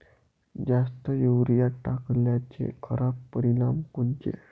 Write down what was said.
जास्त युरीया टाकल्याचे खराब परिनाम कोनचे?